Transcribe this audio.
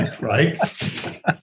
right